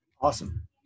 Awesome